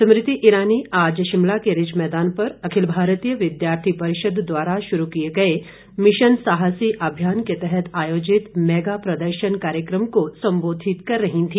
स्मृति ईरानी आज शिमला के रिज मैदान पर अखिल भारतीय विद्यार्थी परिषद द्वारा शुरू किए गए मिशन साहसी अभियान के तहत आयोजित मेगा प्रदर्शन कार्यक्रम को संबोधित कर रही थी